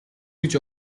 гэж